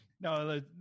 No